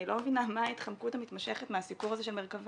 אני לא מבינה מה ההתחמקות המתמשכת מהסיפור הזה של מרכב"ה.